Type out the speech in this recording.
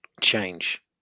change